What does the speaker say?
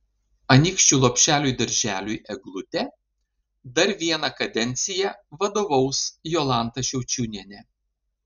anykščių lopšeliui darželiui eglutė dar vieną kadenciją vadovaus jolanta šaučiūnienė